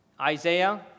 Isaiah